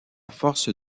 force